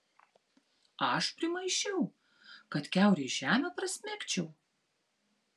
aš primaišiau kad kiaurai žemę prasmegčiau